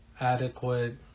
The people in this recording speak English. adequate